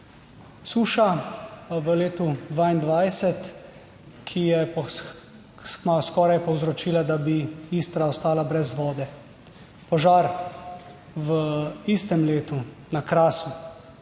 Suša v letu 2022, ki je skoraj povzročila, da bi Istra ostala brez vode, požar v istem letu na Krasu